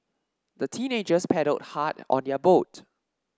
the teenagers paddled hard on their boat